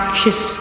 kiss